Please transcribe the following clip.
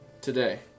today